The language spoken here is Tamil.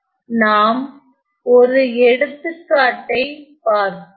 எனவே நாம் ஒரு எடுத்துக்காட்டைப்பார்ப்போம்